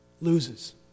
Loses